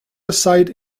aside